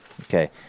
Okay